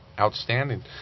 Outstanding